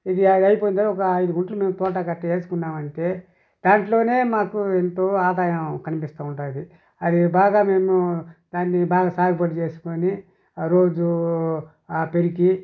ఇది అయిపోయిన తర్వాత ఒకా ఐదు గుంటలు మేము తోటాకు అట్టా వేసుకున్నామంటే దాంట్లోనే మాకు ఎంతో ఆదాయం కనిపిస్తా ఉంటుంది అది బాగా మేము దాన్ని బాగ సాగుబడి చేసుకొని రోజూ పెరికి